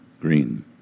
Green